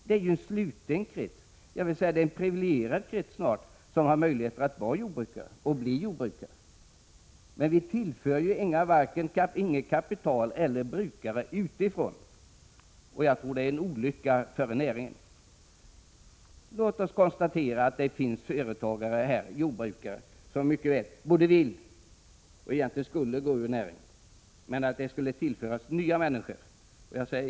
Det är ju en sluten krets, dvs. snart en privilegierad krets, som har möjlighet att vara och bli jordbrukare. Jordbruksnäringen tillförs varken kapital eller brukare utifrån, och det tror jag är olyckligt. Låt oss konstatera att det finns jordbrukare som vill och egentligen borde lämna näringen och att den borde tillföras nya människor.